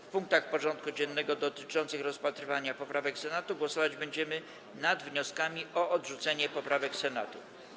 W punktach porządku dziennego dotyczących rozpatrywania poprawek Senatu głosować będziemy nad wnioskami o odrzucenie poprawek Senatu.